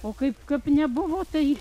o kaip kap nebuvo tai